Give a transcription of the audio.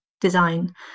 design